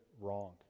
wrong